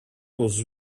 was